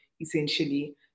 essentially